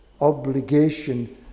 obligation